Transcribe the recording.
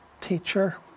teacher